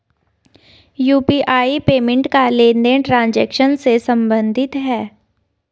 UPI payment का लेनदेन transaction से सम्बंधित है